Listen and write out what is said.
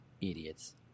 Idiots